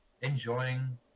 enjoying